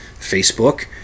Facebook